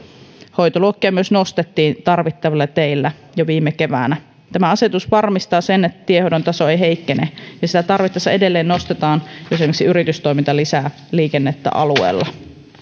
hoitoluokkia myös nostettiin tarvittavilla teillä jo viime keväänä tämä asetus varmistaa sen että tienhoidon taso ei heikkene ja sitä tarvittaessa edelleen nostetaan esimerkiksi yritystoiminta lisää liikennettä alueella